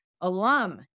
alum